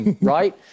right